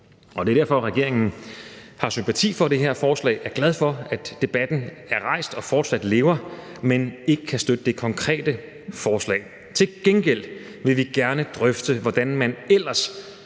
Det er derfor, regeringen har sympati for det her forslag og er glad for, at debatten er rejst og fortsat lever, men ikke kan støtte det konkrete forslag. Til gengæld vil vi gerne drøfte, hvordan man ellers